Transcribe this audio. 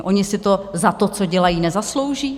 Oni si to za to, co dělají, nezaslouží?